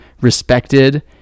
respected